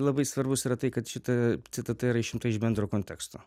labai svarbus yra tai kad šita citata yra išimta iš bendro konteksto